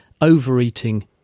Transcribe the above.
overeating